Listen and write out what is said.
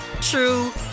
true